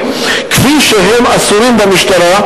כפי שהן אסורות במשטרה,